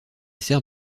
sert